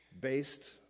based